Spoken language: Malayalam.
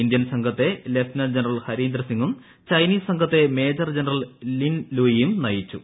ഇന്ത്യൻ സംഘത്തെ ലഫ്റ്റനന്റ് ജനറൽ ഹരീന്ദ്ര സിംഗും ചൈനീസ് സംഘത്തെ മേജർ ജനറൽ ലിൻ ലൂയിയും നയിച്ചു